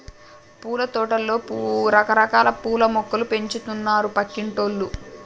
పూలతోటలో రకరకాల పూల మొక్కలు పెంచుతున్నారు పక్కింటోల్లు